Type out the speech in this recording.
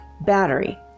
battery